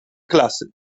klasy